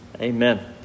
Amen